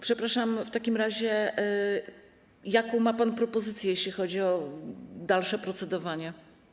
Przepraszam, w takim razie jaką ma pan propozycję, jeśli chodzi o dalsze procedowanie?